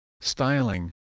styling